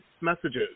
messages